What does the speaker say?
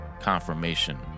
confirmation